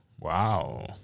Wow